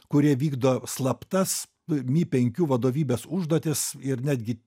kurie vykdo slaptas mi penkių vadovybės užduotis ir netgi